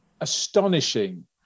astonishing